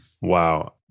Wow